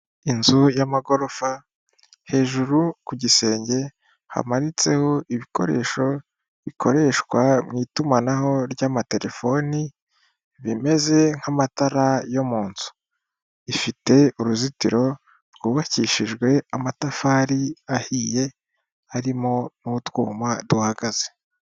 Inzu y'amagorofa hejuru ku gisenge hamanitseho ibikoresho bikoreshwa mu itumanaho ry'amatelefoni, bimeze nk'amatara yo mu nzu, bifite uruzitiro rwubakishijwe amatafari ahiye, harimo n'utwuma duhagaze.